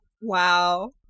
wow